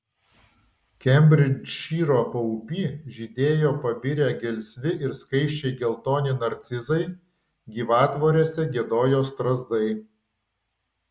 kembridžšyro paupy žydėjo pabirę gelsvi ir skaisčiai geltoni narcizai gyvatvorėse giedojo strazdai